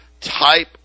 type